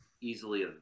easily